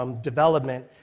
development